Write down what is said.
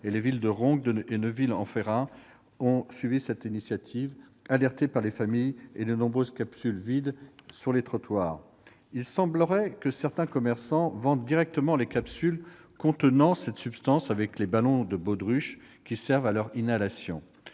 Les villes de Roncq et Neuville-en-Ferrain ont suivi, alertées par les familles et les nombreuses capsules vides jonchant les trottoirs. Il semblerait que certains commerçants vendent directement les capsules contenant cette substance avec les ballons de baudruche qui servent à leur inhalation.